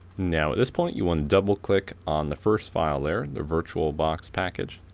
now at this point you want to double click on the first file there the virtualbox package,